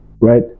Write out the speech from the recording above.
right